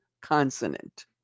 consonant